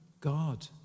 God